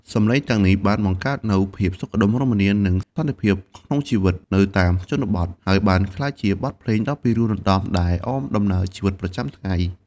សំឡេងទាំងនេះបានបង្កើតនូវភាពសុខដុមរមនា និងសន្តិភាពក្នុងជីវិតនៅតាមទីជនបទ ហើយបានក្លាយជាបទភ្លេងដ៏ពិរោះរណ្តំដែលអមដំណើរជីវិតប្រចាំថ្ងៃ។